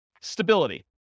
Stability